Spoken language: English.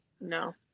No